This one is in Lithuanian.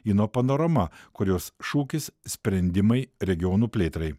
inno panorama kurios šūkis sprendimai regionų plėtrai